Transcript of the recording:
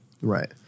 Right